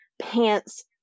pants